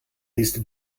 nächste